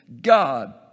God